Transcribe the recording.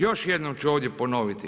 Još jednom ću ovdje ponoviti.